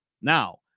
Now